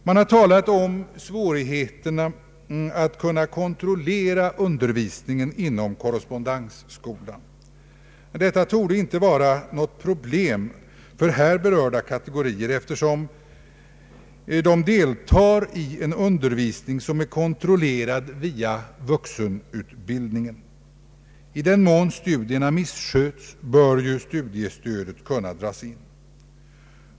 Man har talat om svårigheten att kontrollera undervisningen inom korrespondensskolan. Detta torde inte vara något problem för här berörda kategorier, eftersom de deltar i en undervisning som är kontrollerad via vuxenutbildningen. I den mån studierna missskötes, bör ju studiestödet dras in.